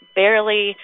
barely